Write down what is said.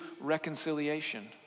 reconciliation